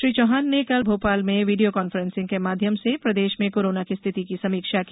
श्री चौहान ने कल भोपाल में वीडियो कॉन्फ्रेंसिंग के माध्यम से प्रदेश में कोरोना की स्थिति की समीक्षा की